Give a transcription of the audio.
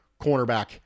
cornerback